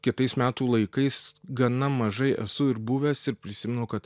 kitais metų laikais gana mažai esu ir buvęs ir prisimenu kad